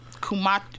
Kumat